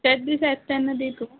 तेत दिस ययेत तेन्ना दितू